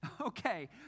Okay